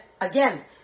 again